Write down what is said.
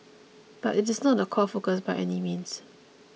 but it is not the core focus by any means